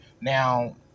Now